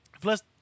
Plus